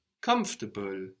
Comfortable